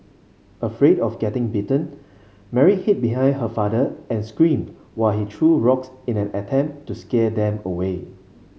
afraid of getting bitten Mary hid behind her father and screamed while he threw rocks in an attempt to scare them away